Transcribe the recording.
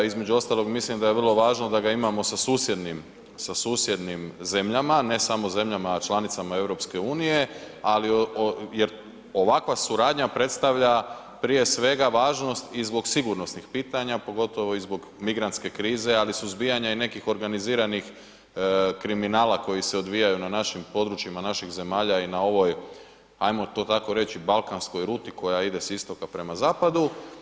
Između ostalog mislim da je vrlo važno da ga imamo sa susjednim, sa susjednim zemljama, ne samo zemljama članicama EU, ali, jer ovakva suradnja predstavlja prije svega važnost i zbog sigurnosnih pitanja, pogotovo i zbog migrantske krize, ali suzbijanja i nekih organiziranih kriminala koji se odvijaju na našim područjima, naših zemalja i na ovoj ajmo to tako reći balkanskoj ruti koja ide s istoka prema zapadu.